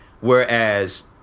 Whereas